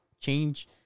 change